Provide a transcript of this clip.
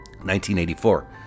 1984